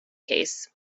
case